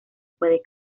pueden